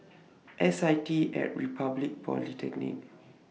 S I T At Republic Polytechnic